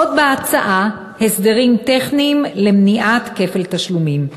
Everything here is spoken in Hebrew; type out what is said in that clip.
עוד בהצעה, הסדרים טכניים למניעת כפל תשלומים.